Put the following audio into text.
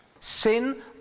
Sin